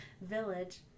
village